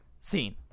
scene